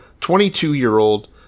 22-year-old